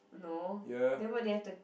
no then what do you have to